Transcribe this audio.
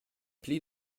pli